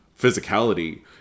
physicality